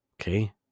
Okay